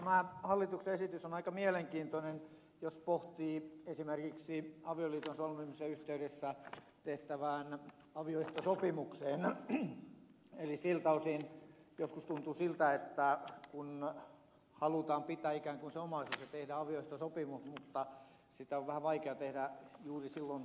tämä hallituksen esitys on aika mielenkiintoinen jos pohtii esimerkiksi avioliiton solmimisen yhteydessä tehtävää avioehtosopimusta eli siltä osin joskus tuntuu siltä että halutaan pitää ikään kuin se omaisuus ja tehdä avioehtosopimus mutta sitä on vähän vaikea tehdä juuri silloin avioliiton solmimisen yhteydessä